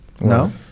No